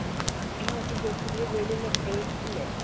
ആഹ് ഇന്നുതൊട്ടു പുതിയ ജോലിയില് പ്രവേശിച്ചു അല്ലേ